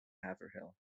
haverhill